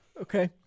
Okay